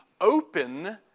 open